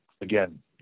again